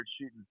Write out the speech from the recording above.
shooting